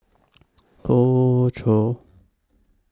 Hoey Choo